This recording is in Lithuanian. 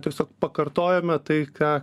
tiesiog pakartojome tai ką